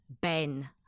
Ben